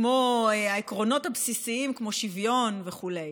כמו העקרונות הבסיסיים כמו שוויון וכו'.